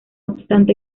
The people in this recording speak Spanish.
obstante